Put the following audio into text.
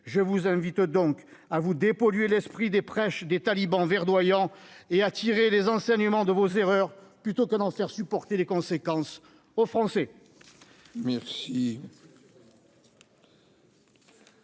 je vous invite donc à vous dépolluer l'esprit des prêches des talibans verdoyant et à tirer les enseignements de vos erreurs, plutôt que d'en faire supporter les conséquences aux Français.